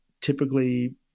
typically